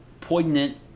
poignant